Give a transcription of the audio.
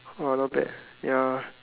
!wow! not bad ya